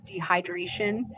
dehydration